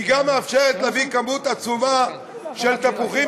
היא גם מאפשרת להביא כמות עצומה של תפוחים